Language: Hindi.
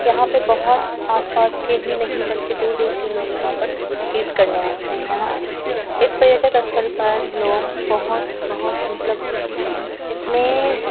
यहाँ पर बहुत आसपास के ही नहीं बल्कि दूर दूर के लोग यहाँ पर तीर्थ करने आते हैं यहाँ इस पर्यटक स्थल पर लोग बहुत बहुत मतलब इसमें